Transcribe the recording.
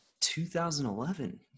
2011